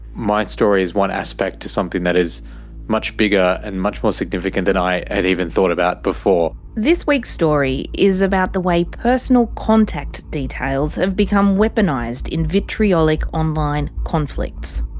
my story is one aspect to something that is much bigger and much more significant than i had even thought about before. this week's story is about the way personal contact details have become weaponised in vitriolic online conflicts.